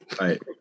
right